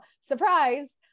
Surprise